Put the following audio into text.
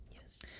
Yes